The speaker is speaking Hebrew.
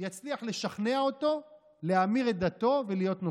אצליח לשכנע אותו להמיר את דתו ולהיות נוצרי.